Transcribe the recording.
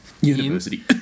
University